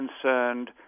concerned